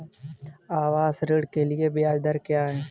आवास ऋण के लिए ब्याज दर क्या हैं?